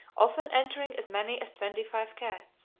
often entering as many as twenty-five cats.